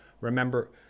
remember